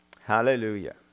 Hallelujah